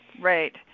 Right